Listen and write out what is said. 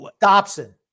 Dobson